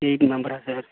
eighty மெம்பரா sir